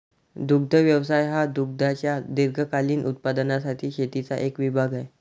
दुग्ध व्यवसाय हा दुधाच्या दीर्घकालीन उत्पादनासाठी शेतीचा एक विभाग आहे